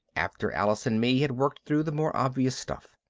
after alice and me had worked through the more obvious stuff.